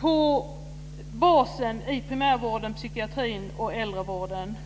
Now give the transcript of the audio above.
på basen i primärvården, psykiatrin och äldrevården.